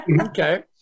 Okay